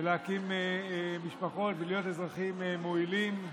להקים משפחות ולהיות אזרחים מועילים,